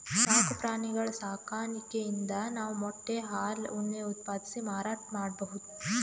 ಸಾಕು ಪ್ರಾಣಿಗಳ್ ಸಾಕಾಣಿಕೆಯಿಂದ್ ನಾವ್ ಮೊಟ್ಟೆ ಹಾಲ್ ಉಣ್ಣೆ ಉತ್ಪಾದಿಸಿ ಮಾರಾಟ್ ಮಾಡ್ಬಹುದ್